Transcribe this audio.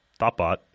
ThoughtBot